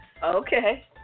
Okay